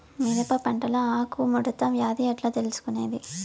మిరప పంటలో ఆకు ముడత వ్యాధి ఎట్లా తెలుసుకొనేది?